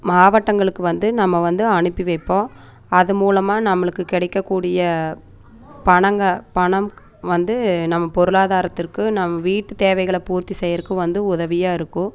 மாவட்டங்களுக்கு வந்து நம்ம வந்து அனுப்பி வைப்போம் அது மூலமாக நம்மளுக்கு கிடைக்கக்கூடிய பணங்கா பணம் வந்து நம்ம பொருளாதாரத்திற்கு நம் வீட்டு தேவைகளை பூர்த்தி செய்றதுக்கு வந்து உதவியாயிருக்கும்